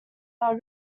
are